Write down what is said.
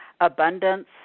abundance